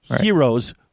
heroes